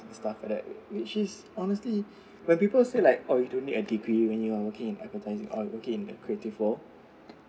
stuff like that which is honestly when people say like oh you don't need a degree when you are working in advertising or working you working in that creative world